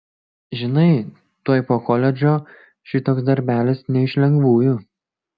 žinai tuoj po koledžo šitoks darbelis ne iš lengvųjų